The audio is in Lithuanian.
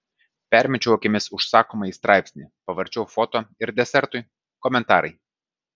permečiau akimis užsakomąjį straipsnį pavarčiau foto ir desertui komentarai